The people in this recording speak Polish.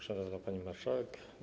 Szanowna Pani Marszałek!